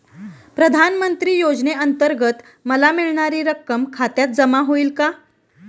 प्रधानमंत्री योजनेअंतर्गत मला मिळणारी रक्कम खात्यात जमा होईल का?